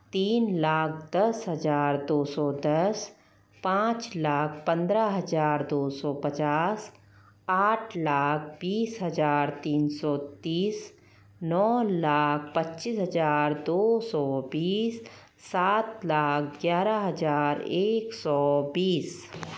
तीन लाख दस हज़ार दौ सौ दस पाँच लाख पन्द्रह हज़ार दौ सौ पचास आठ लाख बीस हज़ार तीन सौ तीस नौ लाख पच्चीस हज़ार दौ सौ बीस सात लाख ग्यारह हज़ार एक सौ बीस